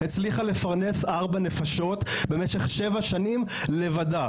הצליחה לפרנס ארבע נפשות במשך שבע שנים לבדה,